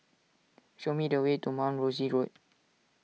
show me the way to Mount Rosie Road